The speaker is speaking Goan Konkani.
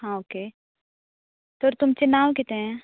ओके तर तुमचें नांव कितें